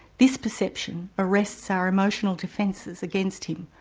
this perception arrests our emotional defences against him,